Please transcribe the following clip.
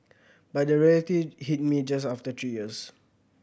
but the reality hit me just after three years